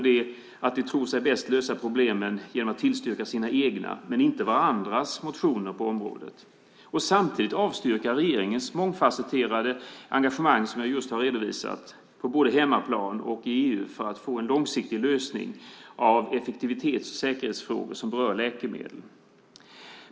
De tror sig bäst lösa problemen genom att tillstyrka sina egna men inte varandras motioner på området. Samtidigt avstyrker de regeringens mångfasetterade engagemang, som jag just har redovisat, för att få en långsiktig lösning av de effektivitets och säkerhetsfrågor som berör läkemedel både på hemmaplan och i EU.